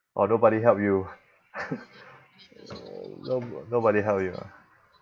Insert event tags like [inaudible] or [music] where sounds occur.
or nobody help you [laughs] nob~ nobody help you ah